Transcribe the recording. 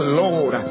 lord